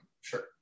Sure